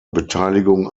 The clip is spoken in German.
beteiligung